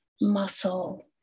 muscle